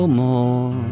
more